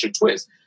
twist